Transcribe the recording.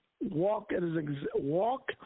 walk